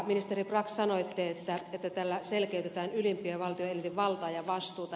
ministeri brax sanoitte että tällä selkeytetään ylimpien valtioelinten valtaa ja vastuuta